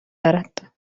دارد